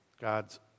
God's